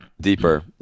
deeper